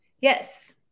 Yes